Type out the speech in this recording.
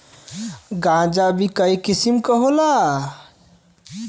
गांजा भीं कई किसिम के होला